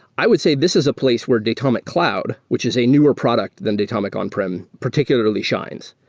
i would say this is a place where datomic cloud, which is a newer product than datomic on-prem particularly shines.